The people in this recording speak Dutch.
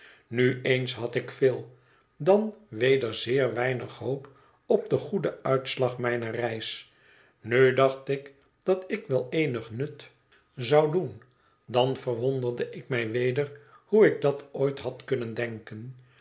nu eens had ik veel dan weder zeer weinig hoop op den goeden uitslag mijner reis nu dacht ik dat ik wel eenig nut zou doen dan verwonderde ik mij weder hoe ik dat ooit had kunnen denken